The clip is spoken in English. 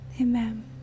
Amen